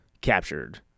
captured